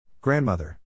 Grandmother